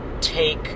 take